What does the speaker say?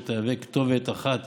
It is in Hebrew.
כך שתהיה כתובת אחת